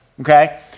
Okay